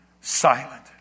silent